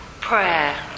prayer